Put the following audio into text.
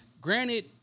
granted